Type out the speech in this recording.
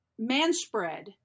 manspread